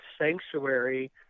sanctuary